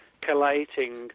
collating